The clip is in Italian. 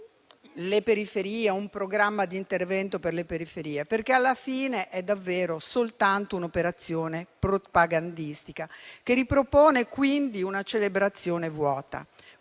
risorsa un programma di intervento per le periferie, perché alla fine è davvero soltanto un'operazione propagandistica che ripropone, quindi, una celebrazione vuota.